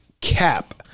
cap